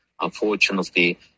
unfortunately